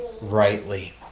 rightly